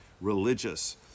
religious